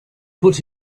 put